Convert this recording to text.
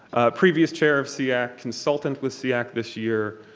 previous chair of seac, yeah consultant with seac this year.